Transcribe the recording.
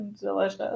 delicious